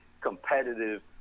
competitive